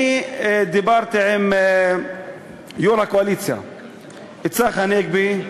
אני דיברתי עם יושב-ראש הקואליציה צחי הנגבי.